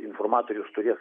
informatorius turės